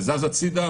זה זז הצידה,